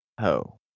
ho